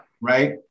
Right